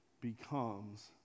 becomes